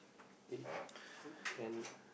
eight ten